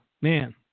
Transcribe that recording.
Man